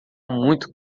muito